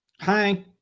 Hi